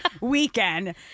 weekend